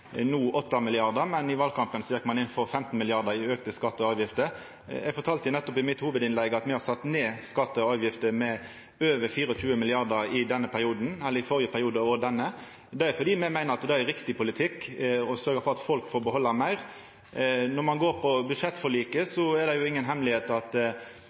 no vil auka skattane og avgiftene med 8 mrd. kr, mens ein i valkampen gjekk inn for 15 mrd. kr i auka skattar og avgifter. Eg fortalde nettopp i mitt hovudinnlegg at me har sett ned skattane og avgiftene med over 24 mrd. kr i førre og denne perioden fordi me meiner det er riktig politikk å sørgja for at folk får behalda meir. Når det gjeld budsjettforliket, er det ingen løyndom at